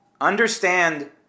Understand